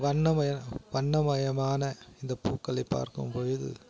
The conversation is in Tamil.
வண்ணமய வண்ணமயமான இந்த பூக்களை பார்க்கும்பொழுது